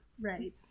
Right